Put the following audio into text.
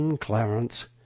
Clarence